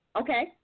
Okay